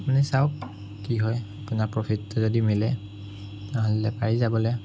আপুনি চাওক কি হয় আপোনাৰ প্ৰফিটটো যদি মিলে তেনেহ'লে পাৰি যাবলৈ